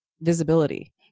visibility